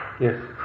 yes